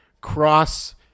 cross